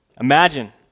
Imagine